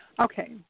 okay